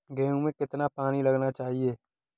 गेहूँ में कितना पानी लगाना चाहिए?